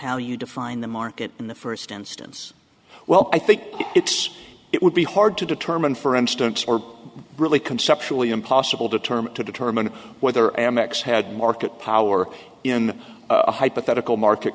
how you define the market in the first instance well i think it's it would be hard to determine for instance or really conceptually impossible to term to determine whether amex had market power in a hypothetical market